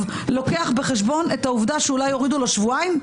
לוקח בחשבון את העובדה שאולי יורידו לו שבועיים?